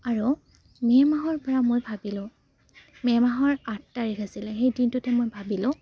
আৰু মে' মাহৰ পৰা মই ভাবিলোঁ মে' মাহৰ আঠ তাৰিখ আছিলে সেই দিনটোতে মই ভাবিলোঁ